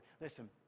Listen